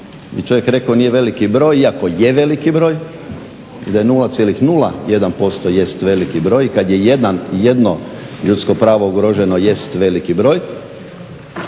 bi čovjek rekao nije veliki broj, iako je veliki broj. I da je 0,01% jest veliki broj kad je jedno ljudsko pravo ugroženo jest veliki broj.